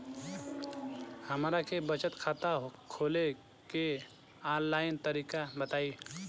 हमरा के बचत खाता खोले के आन लाइन तरीका बताईं?